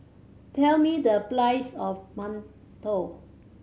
tell me the price of mantou